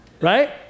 Right